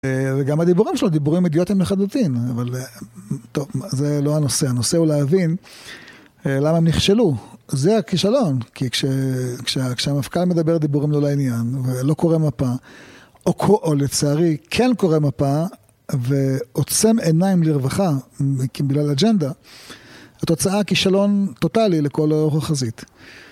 וגם הדיבורים שלו, דיבורים אידיוטיים לחלוטין, אבל, טוב, זה לא הנושא, הנושא הוא להבין למה הם נכשלו, זה הכישלון, כי כשהמפכ"ל מדבר דיבורים לא לעניין, ולא קורה מפה, או לצערי כן קורה מפה, ועוצם עיניים לרווחה, בגלל אג'נדה, התוצאה הכישלון טוטאלי לכל אורך החזית.